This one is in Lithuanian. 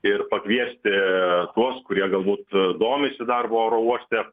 ir pakviesti tuos kurie galbūt domisi darbu oro uoste